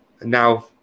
now